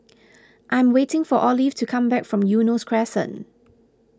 I am waiting for Olive to come back from Eunos Crescent